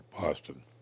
Boston